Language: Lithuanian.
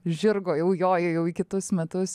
žirgo jau joji jau į kitus metus